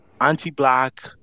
anti-black